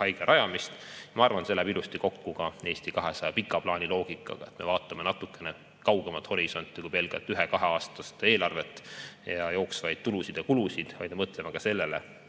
haigla rajamist. Ma arvan, et see läheb ilusti kokku ka Eesti 200 pika plaani loogikaga, et me vaatame natukene kaugemat horisonti kui pelgalt ühe-kaheaastast eelarvet ja jooksvaid tulusid-kulusid, ning mõtleme ka sellele,